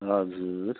हजुर